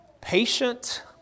Patient